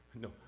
No